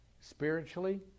spiritually